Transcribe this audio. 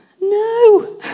No